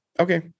Okay